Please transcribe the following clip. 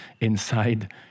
inside